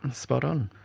spot on.